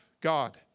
God